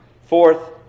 Fourth